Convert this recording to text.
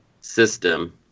system